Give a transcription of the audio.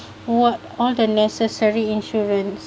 what all the necessary insurance